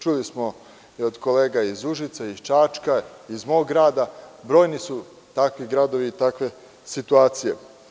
Čuli smo i od kolega iz Užica, iz Čačka, iz mog grada, brojni su takvi gradovi i takve situacije.